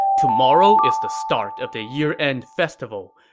tomorrow is the start of the year-end festival.